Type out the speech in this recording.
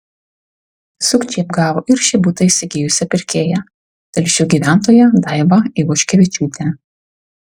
sukčiai apgavo ir šį butą įsigijusią pirkėją telšių gyventoją daivą ivoškevičiūtę